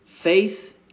Faith